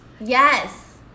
Yes